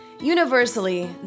Universally